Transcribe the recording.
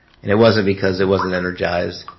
and it wasn't because it wasn't energized,